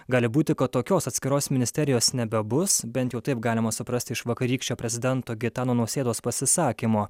gali būti kad tokios atskiros ministerijos nebebus bent jau taip galima suprasti iš vakarykščio prezidento gitano nausėdos pasisakymo